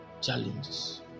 challenges